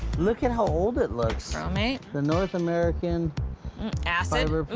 look at how old it looks. bromate. the north american acid. fiber but